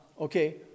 Okay